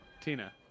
Tina